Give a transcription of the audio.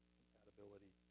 compatibility